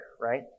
right